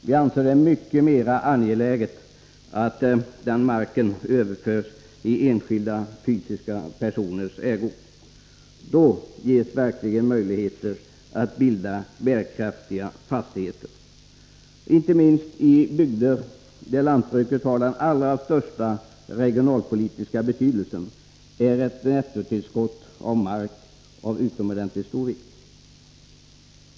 Vi anser det vara mycket mer angeläget att den marken överförs i enskilda, fysiska personers ägo. Då ges verkligen möjligheter att bilda bärkraftiga fastigheter. Inte minst i bygder där lantbruket har den största regionalpolitiska betydelsen är ett nettotillskott av mark av utomordentligt stor vikt.